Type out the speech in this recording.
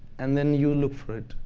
and then you look for it.